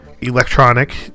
electronic